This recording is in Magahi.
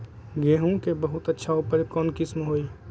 गेंहू के बहुत अच्छा उपज कौन किस्म होई?